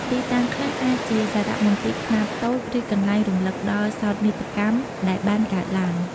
ទីតាំងខ្លះអាចជាសារមន្ទីរខ្នាតតូច ឬកន្លែងរំលឹកដល់សោកនាដកម្មដែលបានកើតឡើង។